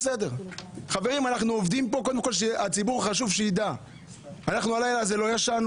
חשוב שהציבור ידע שאנחנו לא ישנו הלילה הזה,